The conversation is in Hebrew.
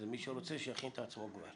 אז מי שרוצה שיכין את עצמו.